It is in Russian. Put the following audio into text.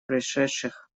произошедших